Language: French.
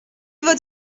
votre